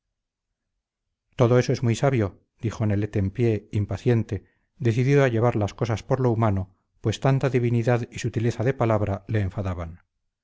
todo eso es muy sabio dijo nelet en pie impaciente decidido a llevar las cosas por lo humano pues tanta divinidad y sutileza de palabra le enfadaban